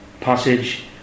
passage